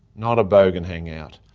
not a bogan hang out,